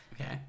okay